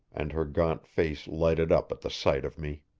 and her gaunt face lighted up at the sight of me.